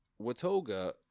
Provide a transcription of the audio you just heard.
watoga